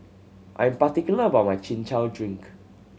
I am particular about my Chin Chow drink